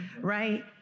Right